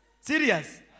Serious